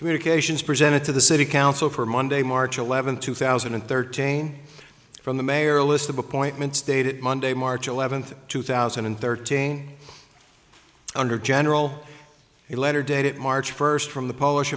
communications presented to the city council for monday march eleventh two thousand and thirteen from the mayor list of appointments dated monday march eleventh two thousand and thirteen under general a letter dated march first from the polish